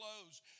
close